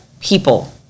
people